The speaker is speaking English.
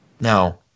No